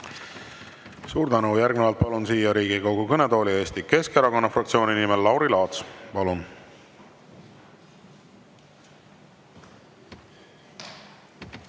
Suur tänu! Järgnevalt palun siia Riigikogu kõnetooli Eesti Keskerakonna fraktsiooni nimel Lauri Laatsi. Palun!